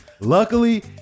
Luckily